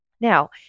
Now